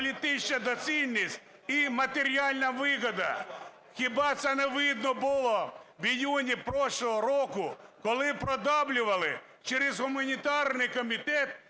політична доцільність і матеріальна вигода. Хіба це не видно було у червні минулого року, коли продавлювали через гуманітарний комітет